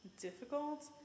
difficult